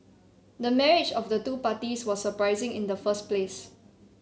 the marriage of the two parties was surprising in the first place